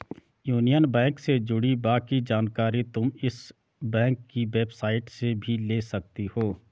union Bank से जुड़ी बाकी जानकारी तुम इस बैंक की वेबसाईट से भी ले सकती हो